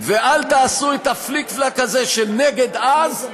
ואל תעשו את הפליק-פלאק הזה של נגד אז,